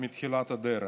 מתחילת הדרך.